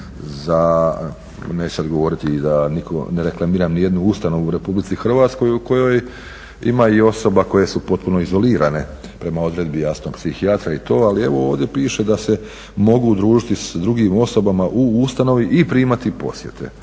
neću sad govoriti da ne reklamiram nijednu ustanovu u RH u kojoj ima i osoba koje su potpuno izolirane prema odredbi jasno psihijatra i to. Ali, evo ovdje piše da se mogu družiti sa drugim osobama u ustanovi i primati posjete.